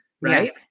right